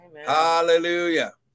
Hallelujah